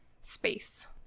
space